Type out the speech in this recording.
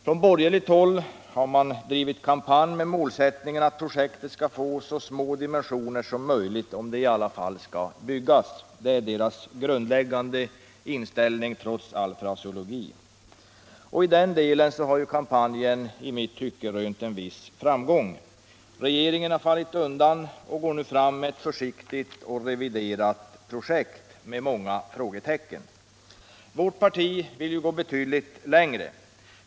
Från borgerligt håll har man drivit en kampanj med målsättningen att projektet skall få så små dimensioner som möjligt, om det nu ändå skall byggas. Det är deras grundläggande inställning, trots all fraseologi. Och i den delen har kampanjen i mitt tycke rönt en viss framgång. Regeringen har fallit undan och går nu fram med ett försiktigt och reviderat projekt med många frågetecken. Vårt parti vill gå betydligt längre.